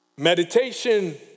Meditation